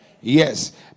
Yes